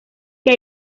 que